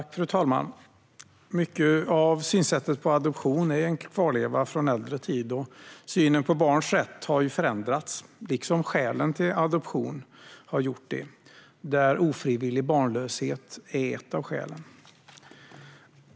Fru talman! Mycket i synsättet på adoption är en kvarleva från äldre tid, och synen på barnens rätt har förändrats, liksom skälen till adoption, där ofrivillig barnlöshet är ett skäl.